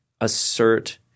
assert